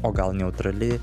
o gal neutrali